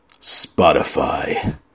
Spotify